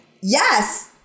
Yes